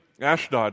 Ashdod